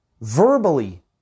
verbally